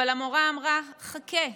אבל המורה אמרה: חכה,